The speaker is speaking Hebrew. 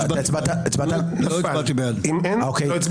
הצבעה לא אושרה